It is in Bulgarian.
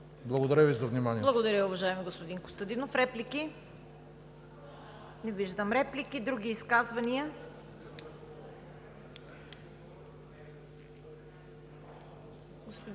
Благодаря Ви за вниманието.